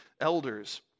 elders